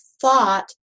thought